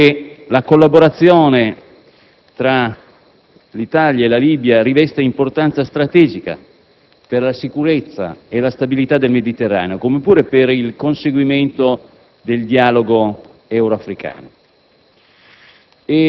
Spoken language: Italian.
dicevo, la collaborazione tra l'Italia e la Libia riveste importanza strategica per la sicurezza e la stabilità del Mediterraneo, come pure per il conseguimento del dialogo euro-africano.